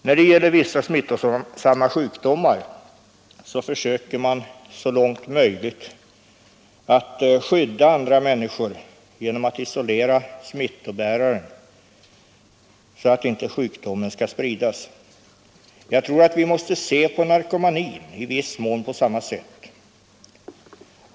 När det gäller vissa smittosamma sjukdomar försöker man så långt möjligt att skydda andra människor genom att isolera smittobäraren, så att inte sjukdomen skall spridas. Jag tror att vi i viss mån måste se på narkomanin på samma sätt.